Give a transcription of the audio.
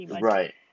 Right